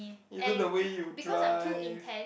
and because I'm too intend